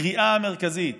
הקריאה המרכזית